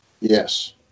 Yes